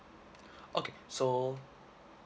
okay so